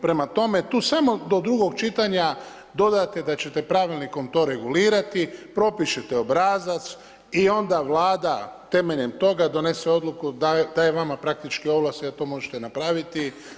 Prema tome, tu samo do drugog čitanja dodajte da ćete pravilnikom to regulirati propišete obrazac i onda Vlada temeljem toga donese odluku daje vama praktički ovlast jer to možete napraviti.